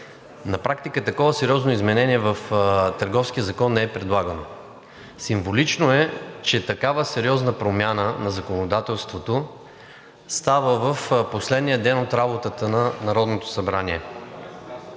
на практика такова сериозно изменение в Търговския закон не е предлагано. Символично е, че такава сериозна промяна на законодателството става в последния ден от работата на Народното събрание.